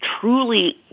truly